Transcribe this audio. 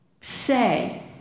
say